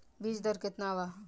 बीज दर केतना वा?